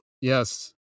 Yes